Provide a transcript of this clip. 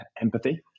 empathy